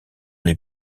les